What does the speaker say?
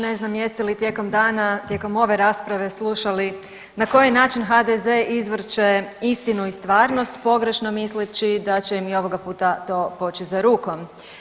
Ne znam jeste li tijekom dana, tijekom ove rasprave slušali na koji način HDZ izvrće istinu i stvarnost pogrešno misleći da će im i ovoga puta to poći za rukom.